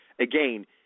again